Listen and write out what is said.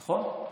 נכון?